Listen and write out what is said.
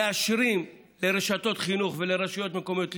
לגבות מהעשירים לרשתות חינוך ולרשויות מקומיות,